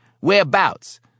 Whereabouts